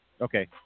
Okay